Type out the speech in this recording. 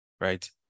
right